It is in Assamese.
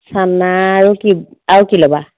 চানা আৰু কি আৰু কি ল'বা